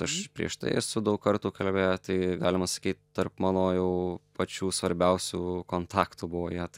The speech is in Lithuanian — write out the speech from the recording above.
aš prieš tai esu daug kartų kalbėję tai galima sakyt tarp mano jau pačių svarbiausių kontaktų buvo jie tai